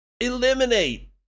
eliminate